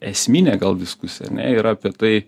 esminė gal diskusija jinai yra apie tai